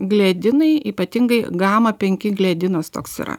gliadinai ypatingai gama penki gliadinas toks yra